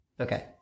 Okay